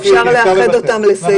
אפשר לאחד אותם בהחלט לסעיף אחד.